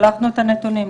שלחנו את הנתונים,